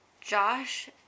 Josh